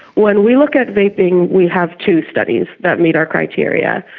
when we look at vaping we have two studies that meet our criteria.